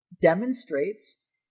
demonstrates